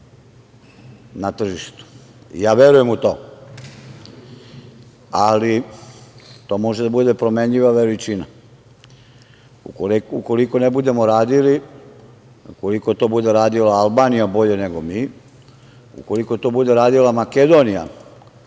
na tržištu. Ja verujem u to. Ali, to može da bude promenjiva veličina. Ukoliko ne budemo radili, ukoliko to bude radila Albanija bolje nego mi, ukoliko to bude radila Makedonija,